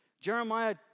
Jeremiah